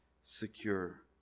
secure